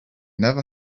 never